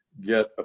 get